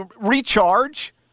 recharge